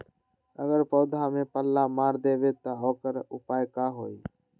अगर पौधा में पल्ला मार देबे त औकर उपाय का होई?